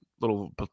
little